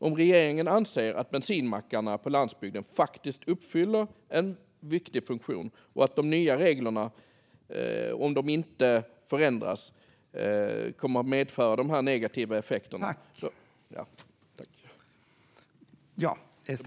Om regeringen anser att bensinmackarna på landsbygden faktiskt fyller en viktig funktion och om de nya reglerna, om de inte ändras, kommer att ha de här negativa effekterna . Ja, tack!